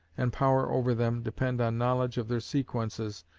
and power over them, depend on knowledge of their sequences,